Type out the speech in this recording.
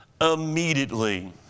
immediately